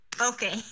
Okay